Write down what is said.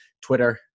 Twitter